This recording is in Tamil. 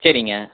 சரிங்க